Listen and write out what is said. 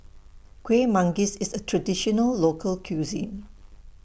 Kuih Manggis IS A Traditional Local Cuisine